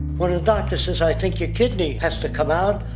when a doctor says, i think your kidney has to come out,